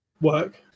work